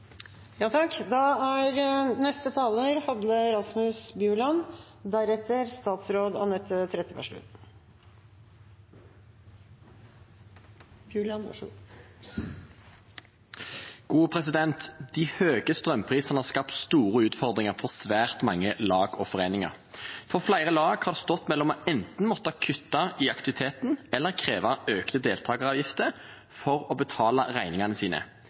De høye strømprisene har skapt store utfordringer for svært mange lag og foreninger. Flere lag har stått mellom enten å måtte kutte i aktiviteten eller kreve økte deltakeravgifter for å betale regningene sine.